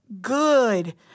good